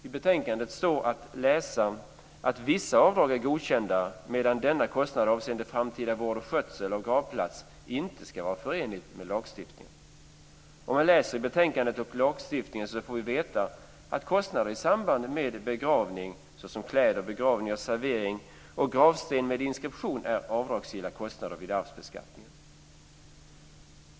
I betänkandet står att läsa att vissa avdrag är godkända, medan denna kostnad avseende framtida vård och skötsel av gravplats inte skulle vara förenlig med lagstiftningen. När vi läser i betänkandet och lagen får vi veta att kostnader i samband med begravning, såsom kläder, begravning, servering och gravsten med inskription är avdragsgilla kostnader vid arvsbeskattningen.